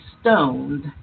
stoned